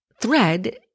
thread